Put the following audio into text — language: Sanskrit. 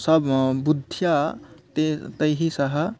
सह बुद्ध्या ते तैः सह